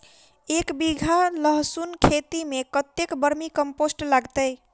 एक बीघा लहसून खेती मे कतेक बर्मी कम्पोस्ट लागतै?